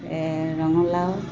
এই ৰঙালাও